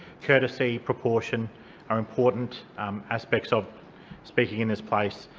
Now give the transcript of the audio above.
courtesy, proportion are important aspects of speaking in this place.